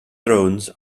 thrones